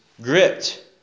gripped